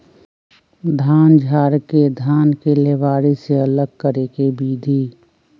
धान झाड़ के धान के लेबारी से अलग करे के विधि